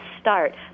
start